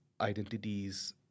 identities